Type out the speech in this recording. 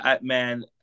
Man